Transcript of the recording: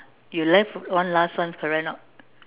you left one last one correct or not